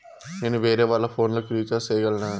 నేను వేరేవాళ్ల ఫోను లకు రీచార్జి సేయగలనా?